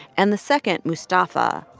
and the second, mustafa,